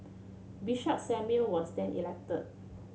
Bishop Samuel was then elected